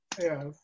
Yes